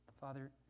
Father